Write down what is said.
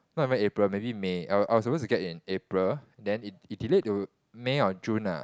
not even April maybe May I was I was supposed to get in April it delayed to May or June nah